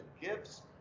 gifts